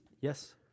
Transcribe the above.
Yes